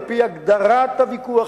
על-פי הגדרת הוויכוח,